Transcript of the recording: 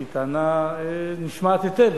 שהיא טענה שנשמעת היטב,